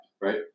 Right